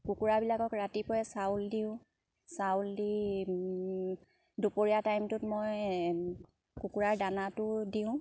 কুকুৰাবিলাকক ৰাতিপুৱাই চাউল দিওঁ চাউল দি দুপৰীয়া টাইমটোত মই কুকুৰাৰ দানাটো দিওঁ